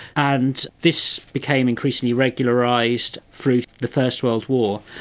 and this became increasingly regularised through the first world war.